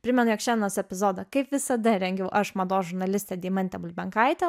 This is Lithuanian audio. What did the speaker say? primenu jog šiandienos epizodą kaip visada rengiau aš mados žurnalistė deimantė bulbenkaitė